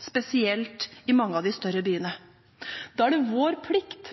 spesielt i mange av de større byene. Da er det vår plikt